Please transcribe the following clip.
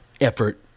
effort